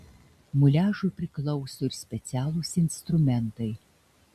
muliažui priklauso ir specialūs instrumentai